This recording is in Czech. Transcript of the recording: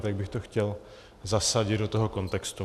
Tak bych to chtěl zasadit do toho kontextu.